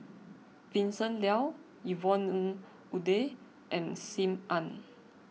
Vincent Leow Yvonne Ng Uhde and Sim Ann